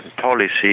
policy